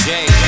Jay